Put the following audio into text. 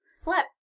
slept